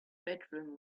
bedroom